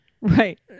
Right